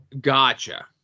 Gotcha